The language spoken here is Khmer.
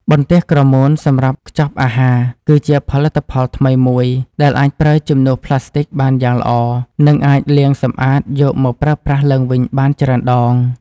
បន្ទះក្រមួនសម្រាប់ខ្ចប់អាហារគឺជាផលិតផលថ្មីមួយ ដែលអាចប្រើជំនួសផ្លាស្ទិកបានយ៉ាងល្អ និង អាចលាងសម្អាតយកមកប្រើប្រាស់ឡើងវិញបានច្រើនដង។